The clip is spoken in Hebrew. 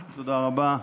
בבקשה.